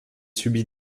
subi